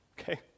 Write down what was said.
Okay